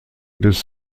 des